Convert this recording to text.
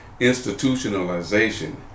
institutionalization